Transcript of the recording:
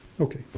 Okay